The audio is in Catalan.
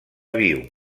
viu